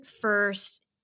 first